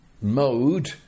mode